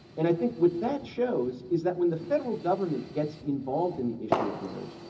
and i think what that shows is that when the federal government gets involved in the issue of marriage,